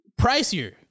pricier